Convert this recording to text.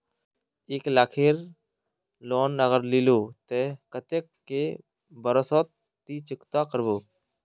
एक लाख केर लोन अगर लिलो ते कतेक कै बरश सोत ती चुकता करबो?